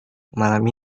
malam